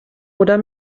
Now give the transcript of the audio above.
oder